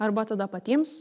arba tada patiems